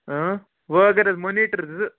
اۭں وۄنۍ اگر حظ مُنیٖٹَر زٕ